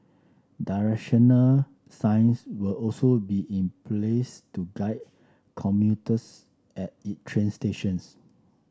directional signs will also be in place to guide commuters at it train stations